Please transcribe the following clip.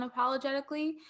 unapologetically